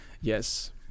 Yes